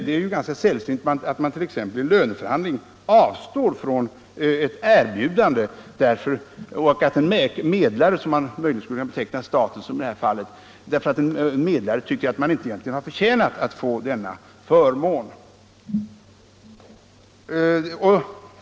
Det är ju ganska sällsynt att en förhandlingspart t.ex. i löneförhandlingar avstår från ett erbjudande därför att en medlare — som man möjligen skulle kunna beteckna staten som i detta fall — tycker att denna förhandlingspart egentligen inte förtjänat att få den förmån det gäller.